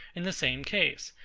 in the same case,